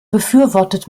befürwortet